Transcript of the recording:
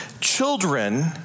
Children